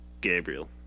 Gabriel